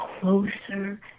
closer